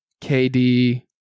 KD